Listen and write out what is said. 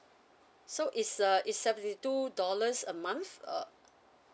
so it's uh it's seventy two dollars a month uh